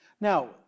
Now